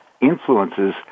influences